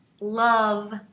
love